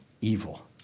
evil